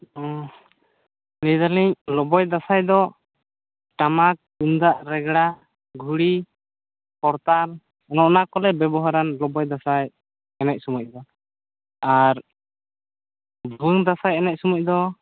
ᱞᱟᱹᱭ ᱮᱫᱟᱞᱤᱧ ᱞᱚᱵᱚᱭ ᱫᱟᱸᱥᱟᱭ ᱫᱚ ᱴᱟᱢᱟᱠ ᱛᱩᱢᱫᱟᱜ ᱨᱮᱜᱽᱲᱟ ᱜᱷᱩᱲᱤ ᱠᱚᱨᱛᱟᱞ ᱚᱱᱟ ᱠᱚᱞᱮ ᱵᱮᱵᱚᱦᱟᱨᱟ ᱞᱚᱵᱚᱭ ᱫᱟᱸᱥᱟᱭ ᱮᱱᱮᱡ ᱥᱳᱢᱚᱭ ᱫᱚ ᱟᱨ ᱵᱷᱩᱭᱟᱹᱝ ᱫᱟᱸᱥᱟᱭ ᱮᱱᱮᱡ ᱥᱳᱢᱚᱭ ᱫᱚ